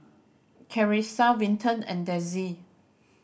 Charissa Vinton and Dezzie